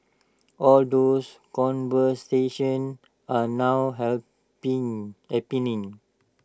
all those conversations are now happen happening